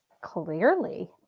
Clearly